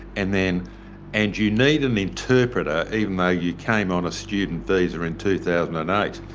and then and you need an interpreter, even though you came on a student visa in two thousand and eight?